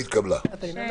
הצבעה הרוויזיה לא אושרה.